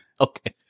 Okay